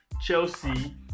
Chelsea